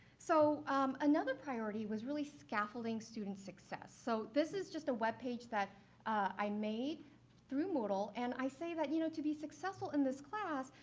so another priority was really scaffolding student success. so this is just a web page that i made through moodle. and i say that, you know, to be successful in this class,